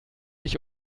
ich